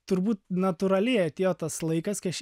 turbūt natūraliai atėjo tas laikas kai aš